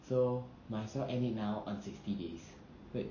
so myself end it now on sixty days wait